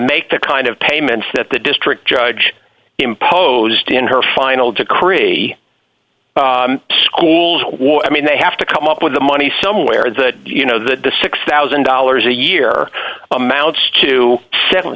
make that kind of payments that the district judge imposed in her final decree schools i mean they have to come up with the money somewhere that you know that the six thousand dollars a year amounts to seven